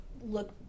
look